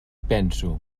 penso